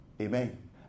Amen